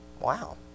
Wow